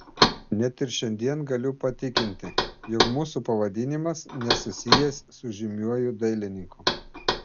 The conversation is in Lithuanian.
net ir šiandien galiu patikinti jog mūsų pavadinimas nesusijęs su žymiuoju dailininku